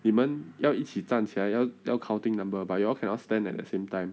你们要一起站起来要要 counting number but you all cannot stand at the same time